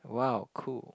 wow cool